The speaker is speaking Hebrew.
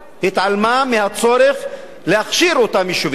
התעלמה מהצורך להכשיר את אותם יישובים,